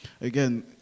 Again